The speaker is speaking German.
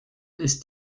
ist